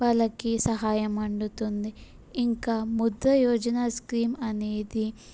వాళ్ళకి సహాయం అందుతుంది ఇంకా ముద్ర యోజన స్కీమ్ అనేది